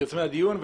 מיוזמי הדיון.